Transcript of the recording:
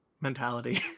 mentality